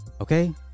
Okay